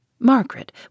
Margaret